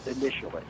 initially